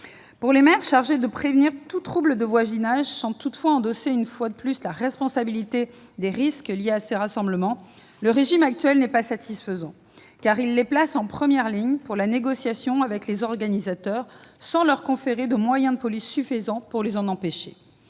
Pour les maires, chargés de prévenir tout trouble de voisinage sans toutefois endosser la responsabilité des risques liés à ces rassemblements, le régime actuel n'est pas satisfaisant, car il les place en première ligne pour la négociation avec les organisateurs, sans leur conférer de moyens de police suffisants pour empêcher,